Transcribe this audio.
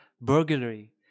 Burglary